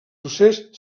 procés